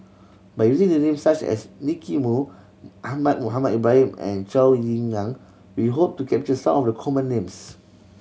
by using name such as Nicky Moey Ahmad Mohamed Ibrahim and Zhou Ying Nan we hope to capture some of the common names